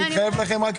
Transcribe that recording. אני מתחייב לכך,